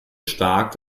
stark